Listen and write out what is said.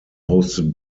hosted